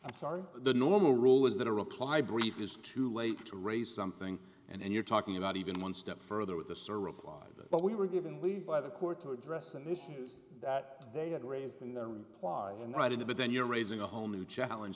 i'm sorry the normal rule is that a reply brief is too late to raise something and you're talking about even one step further with the sir replied but we were given leave by the court to address the issues that they had raised in their reply and right into but then you're raising a whole new challenge